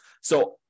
So-